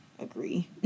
agree